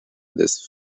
this